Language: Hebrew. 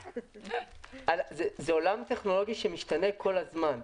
זה עולם טכנולוגי שמשתנה כל הזמן.